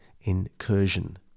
incursion